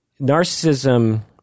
Narcissism